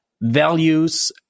values